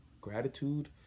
gratitude